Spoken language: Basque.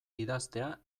idaztea